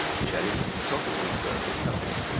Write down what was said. shelley and sophocles are of his company.